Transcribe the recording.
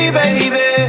baby